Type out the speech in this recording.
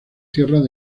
tierras